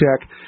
check